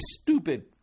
stupid